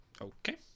Okay